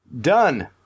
Done